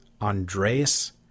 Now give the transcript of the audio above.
Andreas